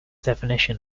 definition